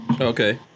Okay